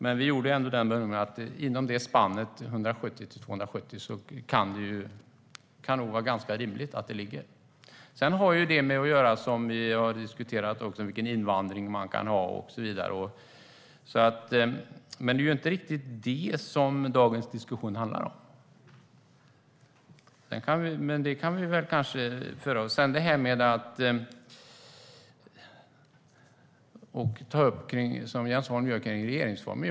Men vi gjorde ändå bedömningen att det kan vara ganska rimligt att det ska ligga inom det spannet, på 170-270 vargar. Det har också att göra med vilken invandring man kan ha och så vidare, vilket vi har diskuterat. Men dagens diskussion handlar inte riktigt om det. Jens Holm tog upp regeringsformen.